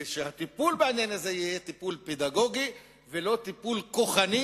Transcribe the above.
ושהטיפול בעניין הזה יהיה טיפול פדגוגי ולא טיפול כוחני